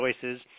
choices